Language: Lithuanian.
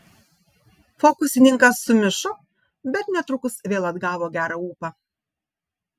fokusininkas sumišo bet netrukus vėl atgavo gerą ūpą